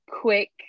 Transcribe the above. quick